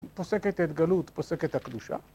פוסקת התגלות, פוסקת הקדושה